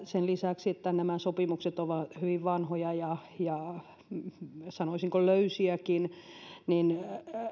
sen lisäksi että nämä sopimukset ovat hyvin vanhoja ja ja sanoisinko löysiäkin niin